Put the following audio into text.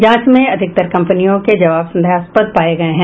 जांच में अधिकतर कंपनियों के जबाव संदेहास्पद पाये गये हैं